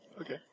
Okay